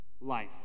life